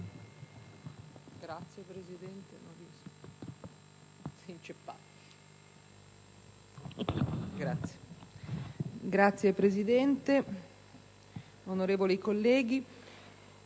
Signor Presidente, onorevoli colleghi,